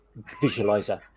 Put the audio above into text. visualizer